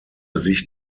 sich